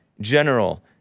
general